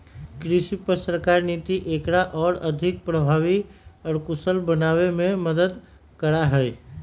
कृषि पर सरकारी नीति एकरा और अधिक प्रभावी और कुशल बनावे में मदद करा हई